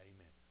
Amen